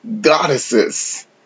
goddesses